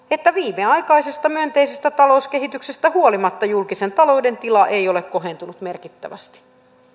että viimeaikaisesta myönteisestä talouskehityksestä huolimatta julkisen talouden tila ei ole kohentunut merkittävästi